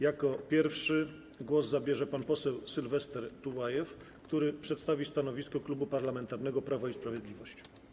Jako pierwszy głos zabierze pan poseł Sylwester Tułajew, który przedstawi stanowisko Klubu Parlamentarnego Prawo i Sprawiedliwość.